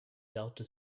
delta